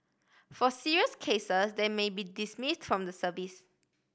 for serious cases they may be dismiss from the service